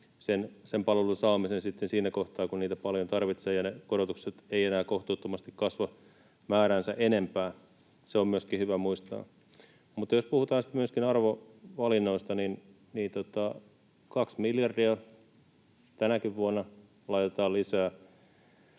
sen palvelun saamisen sitten siinä kohtaa, kun niitä paljon tarvitsee ja ne korotukset eivät enää kohtuuttomasti kasva määräänsä enempää. Se on myöskin hyvä muistaa. Mutta jos puhutaan sitten myöskin arvovalinnoista, niin kaksi miljardia tänäkin vuonna laitetaan lisää